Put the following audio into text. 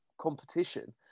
competition